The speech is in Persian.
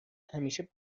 همیشه